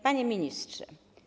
Panie Ministrze!